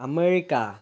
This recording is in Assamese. আমেৰিকা